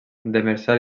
demersal